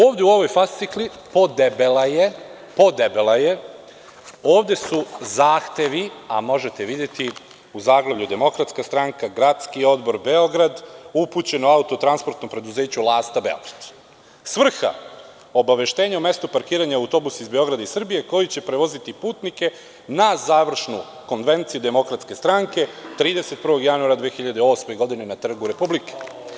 Ovde u ovoj fascikli, podebela je, ovde su zahtevi, a možete videti u zaglavlju - Demokratska stranka, Gradski odbor Beograd, upućen Autotransportnom preduzeću „Lasta“ Beograd, svrha – obaveštenje o mestu parkiranja autobusa iz Beograda i Srbije koji će prevoziti putnike na završnu konvenciju Demokratske stranke 31. januara 2008. godine na Trgu Republike.